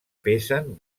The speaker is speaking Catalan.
pesen